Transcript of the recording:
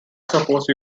suppose